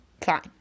Fine